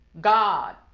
God